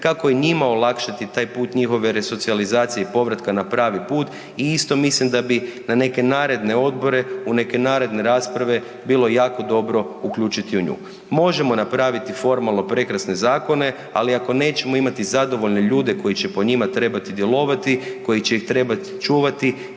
kako i njima olakšati taj put njihove resocijalizacije i povratka na pravi put i isto mislim da bi na neke naredne odredbe u neke naredne rasprave bilo jako dobro uključiti nju. Možemo napraviti formalno prekrasne zakone, ali ako nećemo imati zadovoljne ljude koji će po njima trebati djelovati, koji će ih trebati čuvati